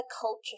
culture